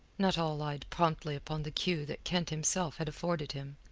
nuttall lied promptly upon the cue that kent himself had afforded him.